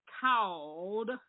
called